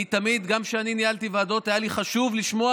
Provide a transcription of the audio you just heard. אני תמיד, גם כשניהלתי ועדות, היה לי חשוב לשמוע